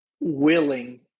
willing